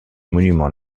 monuments